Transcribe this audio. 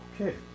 Okay